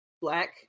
black